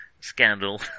scandal